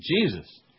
Jesus